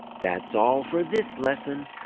that's all for this lesson!